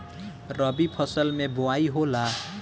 रबी फसल मे बोआई होला?